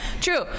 True